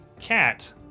cat